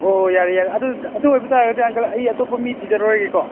ꯑꯣ ꯌꯥꯔꯦ ꯌꯥꯔꯦ ꯑꯗꯨ ꯑꯗꯨ ꯑꯣꯏꯕ ꯇꯥꯔꯒꯗꯤ ꯑꯪꯀꯜ ꯑꯩ ꯑꯇꯣꯞꯄ ꯃꯤ ꯊꯤꯖꯔꯨꯔꯒꯦꯀꯣ